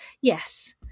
yes